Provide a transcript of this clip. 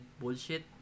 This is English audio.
bullshit